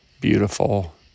beautiful